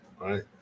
right